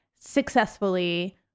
successfully